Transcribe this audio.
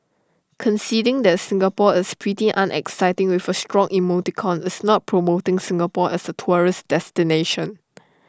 conceding that Singapore is pretty unexciting with A shrug emoticon is not promoting Singapore as A tourist destination